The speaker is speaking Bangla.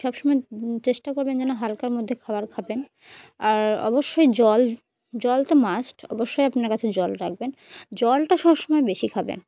সব সমময় চেষ্টা করবেন যেন হালকার মধ্যে খাবার খাবেন আর অবশ্যই জল জল তো মাস্ট অবশ্যই আপনার কাছে জল রাখবেন জলটা সবসময় বেশি খাবেন